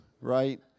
right